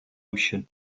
ocean